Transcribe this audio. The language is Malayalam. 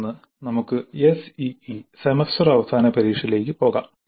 തുടർന്ന് നമുക്ക് SEE സെമസ്റ്റർ അവസാന പരീക്ഷയിലേക്ക് പോകാം